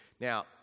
Now